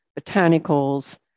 botanicals